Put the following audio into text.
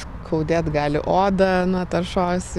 skaudėt gali odą nuo taršos